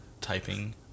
typing